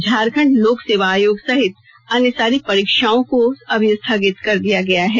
झारखंड लोक सेवा आयोग सहित अन्य सारी परीक्षाओं को अभी स्थगित कर दिया गया है